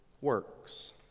works